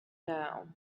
now